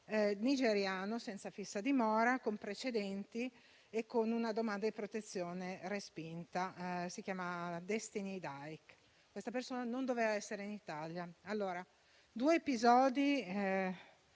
nigeriano senza fissa dimora, con precedenti e con una domanda di protezione respinta. Si chiama Destiny Dike, persona che non doveva essere in Italia. Si tratta di due episodi